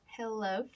Hello